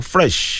Fresh